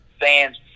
fans